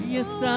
Yes